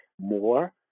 more